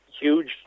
huge